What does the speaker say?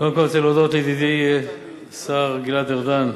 קודם כול, אני רוצה להודות לידידי השר גלעד ארדן.